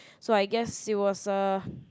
so I guess it was a